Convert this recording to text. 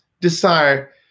desire